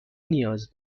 نیاز